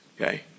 Okay